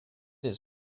his